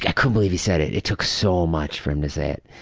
ah couldn't believe he said it. it took so much for him to say it